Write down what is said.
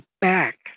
back